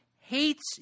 hates